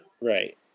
Right